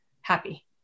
happy